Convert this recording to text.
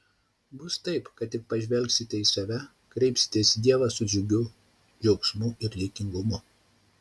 bus taip kad kai tik pažvelgsite į save kreipsitės į dievą su džiugiu džiaugsmu ir dėkingumu